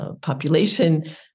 population